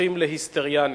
הופכים ל"היסטריינים".